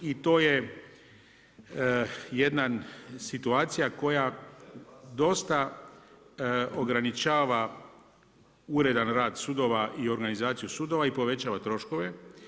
I to je jedna situacija koja dosta ograničava uredan rad sudova i organizaciju sudova i povećava troškove.